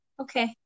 Okay